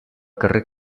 carrer